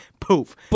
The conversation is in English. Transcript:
Poof